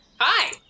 hi